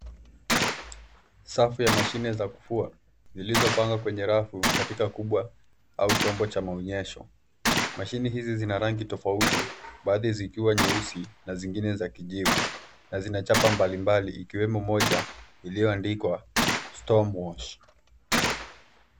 Safu ya mashine za kufua zilizopangwa kwenye rafu katika kubwa au chombo cha maonyesho. Mashine hizi zina rangi tofauti baadhi zikiwa nyeusi na zingine za kijivu na zina chapa mbalimbali ikiwemo moja iliyoandikwa, stormwash.